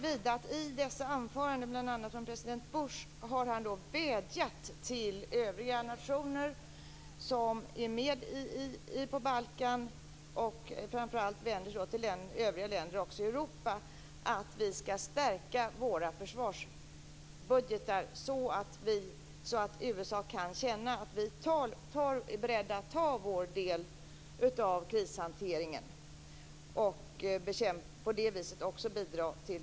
I de här anförandena, bl.a. från president Bush, har man vädjat till övriga nationer som är med på Balkan - man vänder sig framför allt till övriga länder i Europa - om att vi ska stärka våra försvarsbudgetar, så att USA kan känna att vi är beredda att ta vår del av krishanteringen och på det viset också bidra till